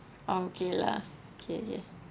okay lah okay